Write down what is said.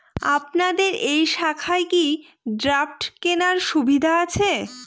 আপনাদের এই শাখায় কি ড্রাফট কেনার সুবিধা আছে?